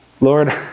Lord